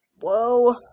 Whoa